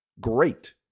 Great